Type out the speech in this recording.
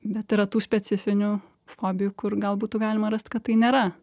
bet yra tų specifinių fobijų kur gal būtų galima rast kad tai nėra